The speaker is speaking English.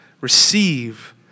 receive